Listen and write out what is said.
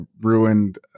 ruined